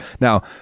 now